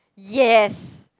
yes